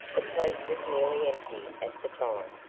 the place was nearly empty at the time,